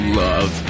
love